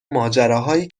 ماجراهایی